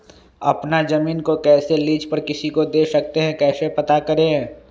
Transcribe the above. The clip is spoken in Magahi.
अपना जमीन को कैसे लीज पर किसी को दे सकते है कैसे पता करें?